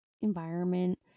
environment